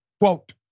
Quote